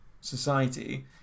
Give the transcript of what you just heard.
society